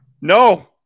No